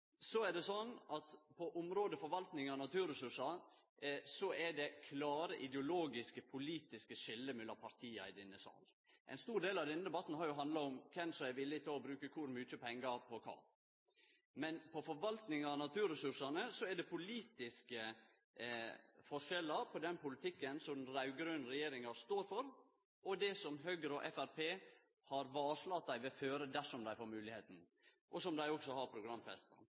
På området forvalting av naturressursar er det klare ideologiske politiske skilnader mellom partia i denne salen. Ein stor del av denne debatten har jo handla om kven som er villig til å bruke kor mykje pengar på kva. Men når det gjeld forvaltinga av naturressursane, er det politiske forskjellar. Det er forskjell på den politikken som den raud-grøne regjeringa står for, og den politikken som Høgre og Framstegspartiet har varsla at dei vil føre dersom dei får moglegheita – og som dei også har programfesta.